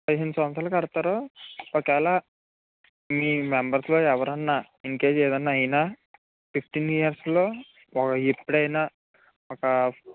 పదిహేను సంవత్సరాలు కడతారు ఒకవేళ మీ మెంబర్స్ లో ఎవరన్నా ఇన్కేస్ ఏదన్న అయినా ఫిఫ్టీన్ ఇయర్స్లో ఒక ఎప్పుడైనా ఒక